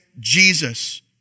Jesus